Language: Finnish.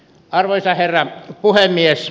arvoisa herra puhemies